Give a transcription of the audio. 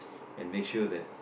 and make sure that